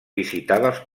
visitades